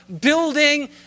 building